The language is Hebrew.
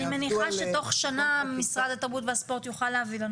אני מניחה שתוך שנה משרד התרבות והספורט יוכל להביא לנו